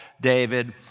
David